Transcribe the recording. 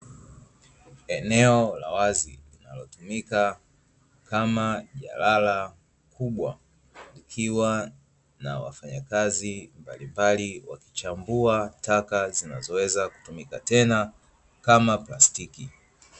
Eneo la wazi linalotumika kama jalala kubwa, likiwa na wafanyakazi mbalimbali wakichambua taka zinazoweza kutumika tena kama plastiki.